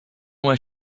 where